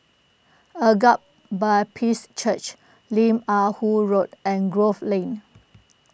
Agape Baptist Church Lim Ah Woo Road and Grove Lane